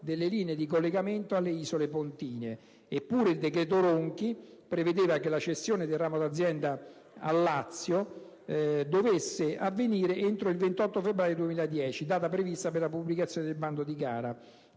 delle linee di collegamento alle isole pontine. Eppure il cosiddetto decreto Ronchi prevedeva che la cessione del ramo d'azienda al Lazio dovesse avvenire entro il 28 febbraio 2010, data prevista per la pubblicazione del bando di gara.